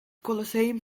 colosseum